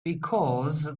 because